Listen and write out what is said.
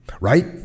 right